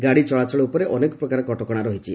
ଗାଡ଼ି ଚଳାଚଳ ଉପରେ ଅନେକ ପ୍ରକାର କଟକଶା ରହିଛି